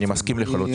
אני מסכים לחלוטין.